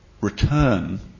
return